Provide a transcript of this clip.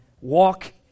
walk